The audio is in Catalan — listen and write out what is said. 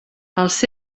els